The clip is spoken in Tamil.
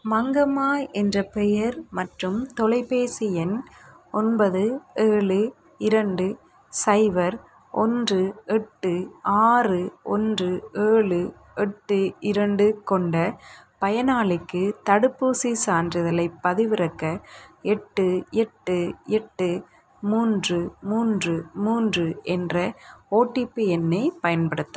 மங்கம்மா என்ற பெயர் மற்றும் தொலைப்பேசி எண் ஒன்பது ஏழு இரண்டு சைபர் ஒன்று எட்டு ஆறு ஒன்று ஏழு எட்டு இரண்டு கொண்ட பயனாளிக்கு தடுப்பூசிச் சான்றிதழைப் பதிவிறக்க எட்டு எட்டு எட்டு மூன்று மூன்று மூன்று என்ற ஓடிபி எண்ணைப் பயன்படுத்த